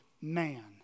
man